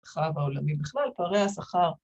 ...חב העולמי בכלל, פערי השכר...